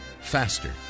faster